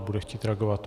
Bude chtít reagovat.